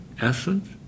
essence